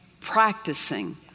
practicing